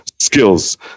skills